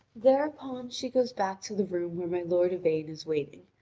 thereupon she goes back to the room where my lord yvain is waiting,